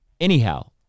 Anyhow